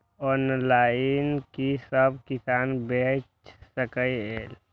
Online कि सब किसान बैच सके ये?